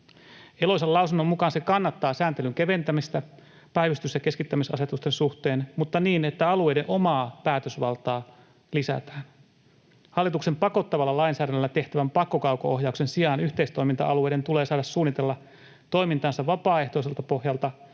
Eloisan lausunnon mukaan se kannattaa sääntelyn keventämistä päivystys- ja keskittämisasetusten suhteen mutta niin, että alueiden omaa päätösvaltaa lisätään. Hallituksen pakottavalla lainsäädännöllä tehtävän pakkokauko-ohjauksen sijaan yhteistoiminta-alueiden tulee saada suunnitella toimintaansa vapaaehtoiselta pohjalta